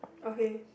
okay